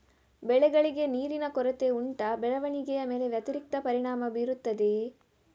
ಬೆಳೆಗಳಿಗೆ ನೀರಿನ ಕೊರತೆ ಉಂಟಾ ಬೆಳವಣಿಗೆಯ ಮೇಲೆ ವ್ಯತಿರಿಕ್ತ ಪರಿಣಾಮಬೀರುತ್ತದೆಯೇ?